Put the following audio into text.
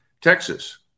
Texas